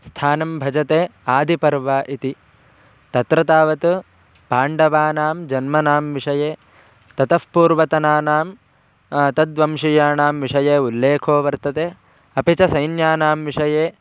स्थानं भजते आदिपर्व इति तत्र तावत् पाण्डवानां जन्मानां विषये ततः पूर्वतनानां तद्वंशीयानां विषये उल्लेखो वर्तते अपि च सैन्यानां विषये